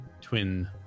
twin